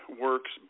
works